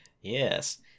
Yes